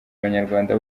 abanyarwanda